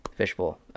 Fishbowl